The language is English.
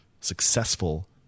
successful